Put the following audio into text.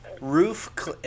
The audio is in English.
Roof